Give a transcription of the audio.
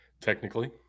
Technically